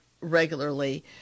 regularly